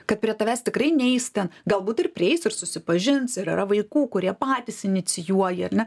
kad prie tavęs tikrai neis ten galbūt ir prieis ir susipažins ir yra vaikų kurie patys inicijuoja ar ne